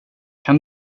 kan